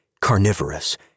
carnivorous